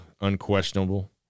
Unquestionable